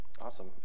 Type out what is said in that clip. Awesome